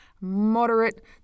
moderate